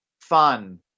fun